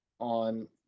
on